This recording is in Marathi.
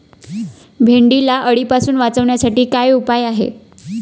भेंडीला अळीपासून वाचवण्यासाठी काय उपाय आहे?